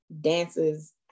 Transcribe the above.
dances